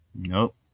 Nope